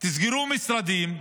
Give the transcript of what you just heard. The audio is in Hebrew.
תסגרו משרדים,